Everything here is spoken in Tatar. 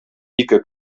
ике